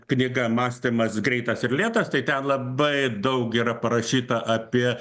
knyga mąstymas greitas ir lėtas tai ten labai daug yra parašyta apie